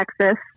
Texas